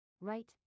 Right